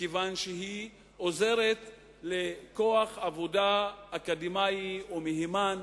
מכיוון שהיא עוזרת לכוח עבודה אקדמי ומהימן